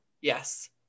yes